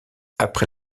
après